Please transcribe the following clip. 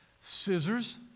scissors